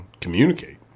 communicate